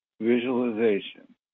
visualization